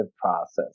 process